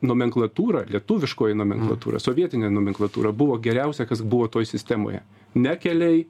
nomenklatūra lietuviškoji nomenklatūra sovietinė nomenklatūra buvo geriausia kas buvo toj sistemoje ne keliai